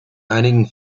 einigen